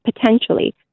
potentially